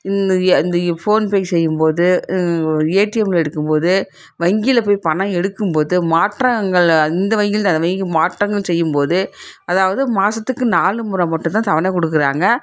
இந்த இந்த ஃபோன்பே செய்யும்போது ஏடிஎம்மில் எடுக்கும்போது வங்கியில் போய் பணம் எடுக்கும்போது மாற்றங்கள் இந்த வங்கிலிருந்து அந்த வங்கிக்கு மாற்றங்கள் செய்யும்போது அதாவது மாதத்துக்கு நாலு முறை மட்டும்தான் தவணை கொடுக்குறாங்க